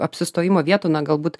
apsistojimo vietų na galbūt